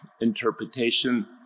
interpretation